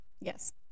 Yes